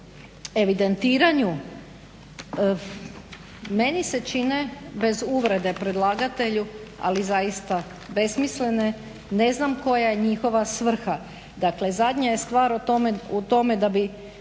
o evidentiranju, meni se čine bez uvrede predlagatelju ali zaista besmislene. Ne znam koja je njihova svrha. Dakle zadnja je stvar u tome da bi